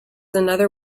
another